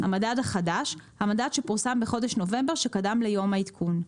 "המדד החדש" המדד שפורסם בחודש נובמבר שקדם ליום העדכון.